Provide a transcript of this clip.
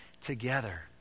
together